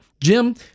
Jim